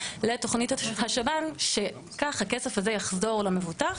לתוכנית השב"ן שכך הכסף הזה יחזור למבוטח.